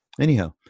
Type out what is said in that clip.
Anyhow